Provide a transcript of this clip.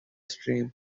stream